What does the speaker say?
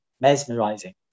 mesmerizing